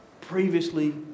Previously